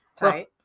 Right